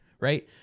Right